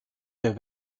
der